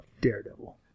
Daredevil